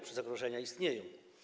Przecież zagrożenia istnieją.